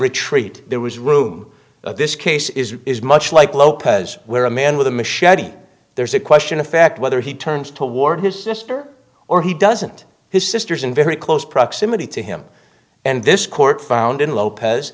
retreat there was room this case is is much like lopez where a man with a machete there's a question of fact whether he turns toward his sister or he doesn't his sisters in very close proximity to him and this court found in lopez